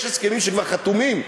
יש הסכמים שכבר חתומים.